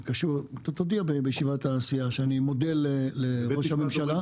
תודיע בישיבת הסיעה שאני מודה לראש הממשלה --- בבית משפט אומרים,